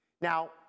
Now